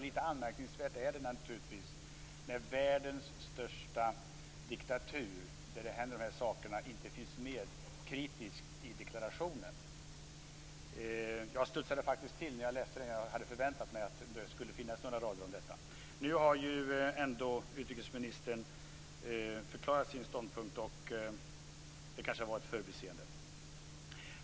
Lite anmärkningsvärt är det naturligtvis när världens största diktatur, där dessa saker händer, inte finns med kritiskt i deklarationen. Jag studsade faktiskt till när jag läste den. Jag hade förväntat mig att det skulle finnas några rader om detta. Nu har utrikesministern förklarat sin ståndpunkt, och det kanske var ett förbiseende.